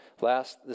last